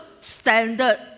standard